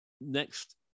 next